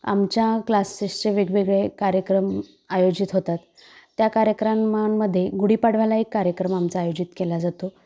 आमच्या क्लासेसचे वेगवेगळे कार्यक्रम आयोजित होतात त्या कार्यक्रमांमध्ये गुढीपाडव्याला एक कार्यक्रम आमचा आयोजित केला जातो